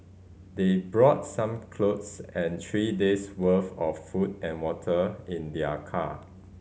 they brought some clothes and three days' worth of food and water in their car